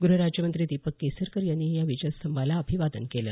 ग्रहराज्यमंत्री दीपक केसरकर यांनीही या विजयस्तंभाला अभिवादन केलं